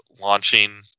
launching